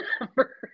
number